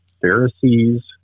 Pharisees